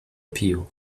pio